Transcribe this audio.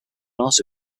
also